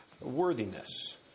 Worthiness